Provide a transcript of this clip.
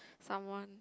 someone